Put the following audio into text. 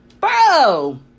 Bro